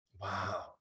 wow